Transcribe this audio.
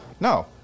no